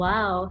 Wow